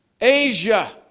Asia